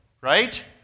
right